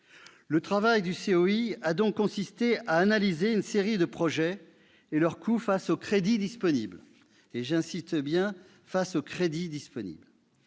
Le travail du COI a donc consisté à analyser une série de projets et leur coût, face aux crédits disponibles- j'insiste bien sur ce dernier